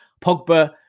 Pogba